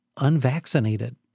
unvaccinated